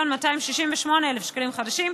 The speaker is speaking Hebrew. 1,268,000 שקלים חדשים.